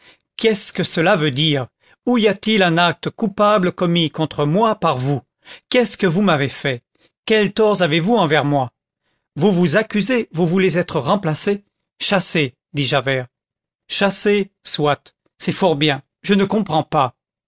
qu'est-ce que cela veut dire où y a-t-il un acte coupable commis contre moi par vous qu'est-ce que vous m'avez fait quels torts avez-vous envers moi vous vous accusez vous voulez être remplacé chassé dit javert chassé soit c'est fort bien je ne comprends pas